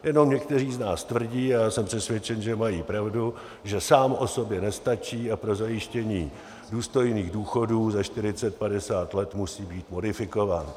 Jenom někteří z nás tvrdí a já jsem přesvědčen, že mají pravdu že sám o sobě nestačí a pro zajištění důstojných důchodů za čtyřicet, padesát let musí být modifikován.